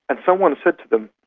and someone said to them,